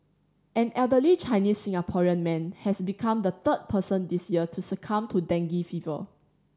an elderly Chinese Singaporean man has become the third person this year to succumb to dengue fever